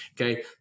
Okay